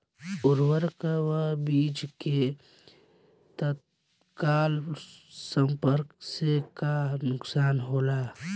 उर्वरक व बीज के तत्काल संपर्क से का नुकसान होला?